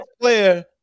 player